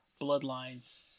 Bloodlines